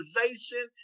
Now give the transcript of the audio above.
organization